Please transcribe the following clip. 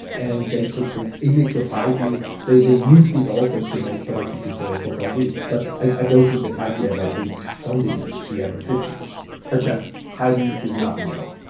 and they took this image of heidi. they they used it also to make publicity for for fondue. but i don't think that heidi ever ate fondue if she ever existed i checked. heidi is not real,